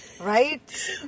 Right